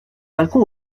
balcon